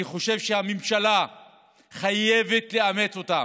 אני חושב שהממשלה חייבת לאמץ אותן.